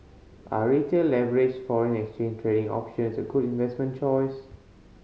are Retail leveraged foreign exchange trading options a good investment choice